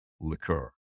liqueur